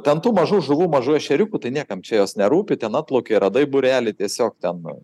ten tų mažų žuvų mažų ešeriukų tai niekam čia jos nerūpi ten atplaukė radai būrelį tiesiog ten